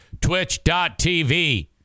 twitch.tv